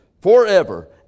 forever